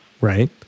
Right